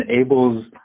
enables